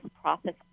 process